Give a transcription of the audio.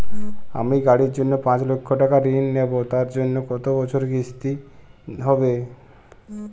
আমি গাড়ির জন্য পাঁচ লক্ষ টাকা ঋণ নেবো তার জন্য কতো বছরের কিস্তি হবে?